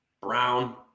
Brown